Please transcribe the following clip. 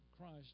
Christ